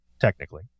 technically